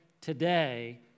Today